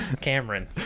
cameron